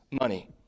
money